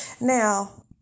Now